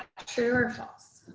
true or false.